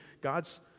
God's